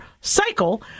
cycle